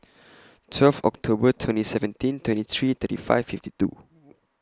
twelve October twenty seventeen twenty three thirty five fifty two